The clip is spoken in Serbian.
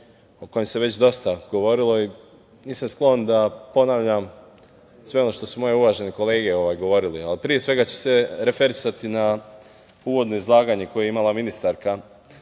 o kojem se već dosta govorilo. Nisam sklon da ponavljam sve ono što su moje uvažene kolege govorile, ali pre svega ću referisati na uvodno izlaganje koje je imala ministarka